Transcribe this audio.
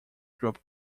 group